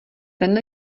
ten